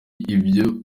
ivyo